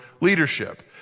leadership